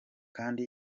kandi